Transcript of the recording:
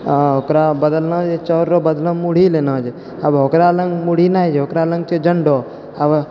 ओकरा बदलना जे चाउर बदला मे जे मुरही लेना छै आब ओकरा लग मुरही नहि छै ओकरा लग छै जन्दो आब